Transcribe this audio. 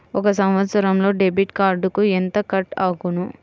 ఒక సంవత్సరంలో డెబిట్ కార్డుకు ఎంత కట్ అగును?